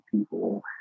people